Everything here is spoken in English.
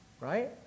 Right